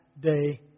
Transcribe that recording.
day